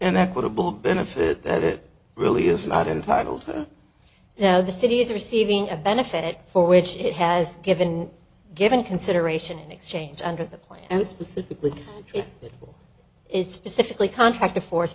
an equitable benefit that really is not entitled to know the city is receiving a benefit for which it has given given consideration in exchange under the plan and specifically it is specifically contract to force